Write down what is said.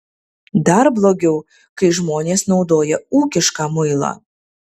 dar blogiau kai žmonės naudoja ūkišką muilą